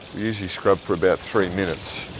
usually scrub for about three minutes.